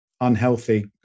unhealthy